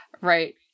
right